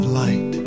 light